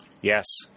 yes